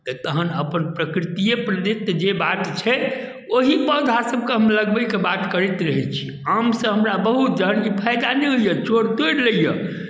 तऽ तहन अपन प्रकृतिए प्रदत्त जे बात छै ओही पौधासभकेँ हम लगबैके बात करैत रहै छी आमसँ हमरा बहुत जहन कि फायदा नहि होइए चोर तोड़ि लैए